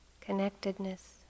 connectedness